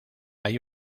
hay